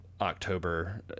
October